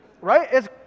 Right